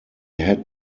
had